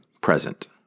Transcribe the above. present